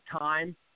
time